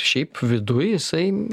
šiaip viduj jisai